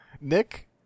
Nick